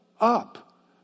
up